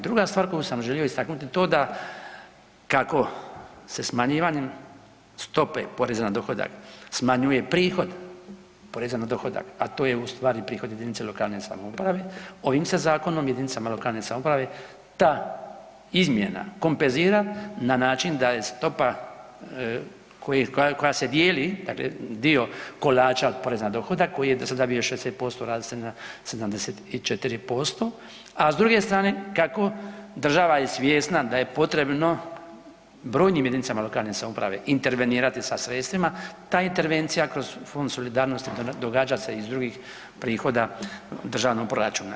Druga stvar koji sam želio istaknuti to da kako se smanjivanjem stope poreza na dohodak smanjuje prihod poreza na dohodak, a to je u stvari prihod jedinice lokalne samouprave, ovim se zakonom jedinicama lokalne samouprave ta izmjena kompenzira na način da je stopa koja se dijeli, dakle dio kolača od poreza na dohodak koji je do sada bio 60% raste na 74%, a s druge strane kako država je svjesna da je potrebno brojnim jedinicama lokalne samouprave intervenirati sa sredstvima ta intervencija kroz fond solidarnosti događa se iz drugih prihoda državnog proračuna.